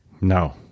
No